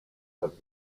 have